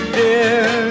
dear